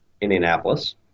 Indianapolis